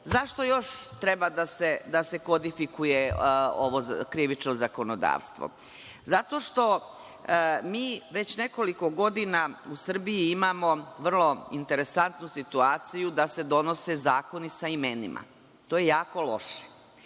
temom.Zašto još treba da se kodifikuje ovo krivično zakonodavstvo? Zato što mi već nekoliko godina u Srbiji imamo vrlo interesantnu situaciju da se donose zakoni sa imenima. To je jako loše.